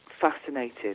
fascinated